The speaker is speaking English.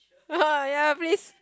ya please